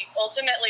Ultimately